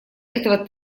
этого